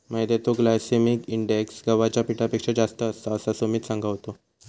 मैद्याचो glycaemic index गव्हाच्या पिठापेक्षा जास्त असता, असा सुमित सांगा होतो